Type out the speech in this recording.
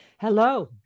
Hello